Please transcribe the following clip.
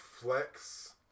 flex